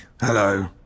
Hello